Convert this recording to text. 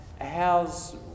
how's